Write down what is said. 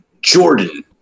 Jordan